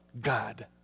God